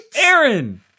Aaron